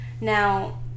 now